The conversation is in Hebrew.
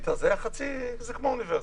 זה כמו אוניברסיטה.